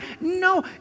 No